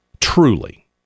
truly